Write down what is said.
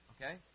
okay